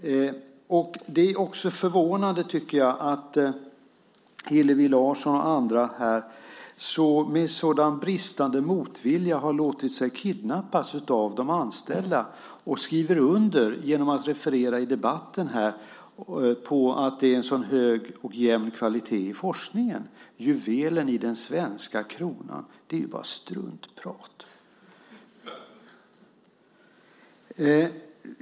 Det är också förvånande, tycker jag, att Hillevi Larsson och andra här med sådan bristande motvilja har låtit sig kidnappas av de anställda och skriver under, genom att referera i debatten här, på att det är en så hög och jämn kvalitet i forskningen - juvelen i den svenska kronan. Det är bara struntprat.